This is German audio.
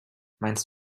meinst